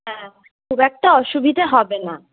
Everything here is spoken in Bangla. হ্যাঁ খুব একটা অসুবিধে হবে না